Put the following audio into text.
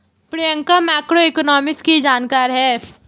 Priyanka macroeconomics की जानकार है